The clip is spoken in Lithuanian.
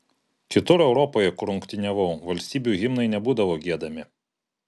kitur europoje kur rungtyniavau valstybių himnai nebūdavo giedami